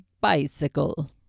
bicycle